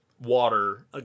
water